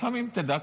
לפעמים תדע,